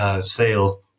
sale